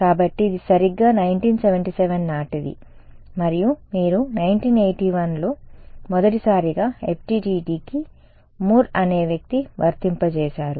కాబట్టి ఇది సరిగ్గా 1977 నాటిది మరియు మీరు 1981లో మొదటిసారిగా FDTDకి ముర్ అనే వ్యక్తి వర్తింపజేసారు